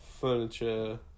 furniture